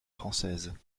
françaises